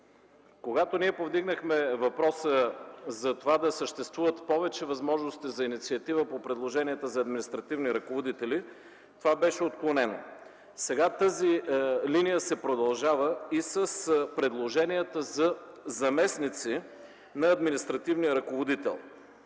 Когато ние повдигнахме въпроса да съществуват повече възможности за инициатива по предложенията за административни ръководители, това беше отклонено. Сега тази линия се продължава и с предложенията за заместници на административния ръководител.